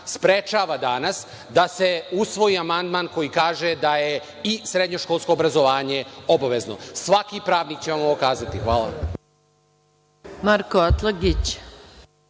sprečava danas da se usvoji amandman koji kaže da je i srednjoškolsko obrazovanje obavezno. Svaki pravnik će vam ovo kazati. Hvala.